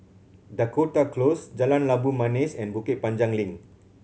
Dakota Close Jalan Labu Manis and Bukit Panjang Link